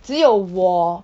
只有我